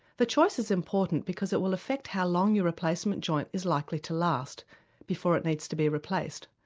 the choice is important because it will affect how long your replacement joint is likely to last before it needs to be replaced,